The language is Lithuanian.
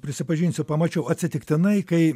prisipažinsiu pamačiau atsitiktinai kai